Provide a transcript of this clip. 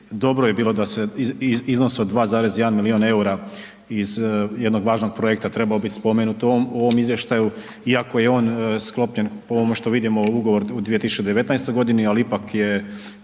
dobro je bilo da se iznos 2,1 milijun EUR-a iz jednog važnog projekta trebao biti spomenut u ovom izvještaju iako je on sklopljen po ovome što vidimo, ugovor u 2019. g. ali ipak je